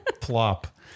Plop